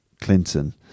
Clinton